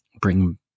bring